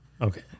Okay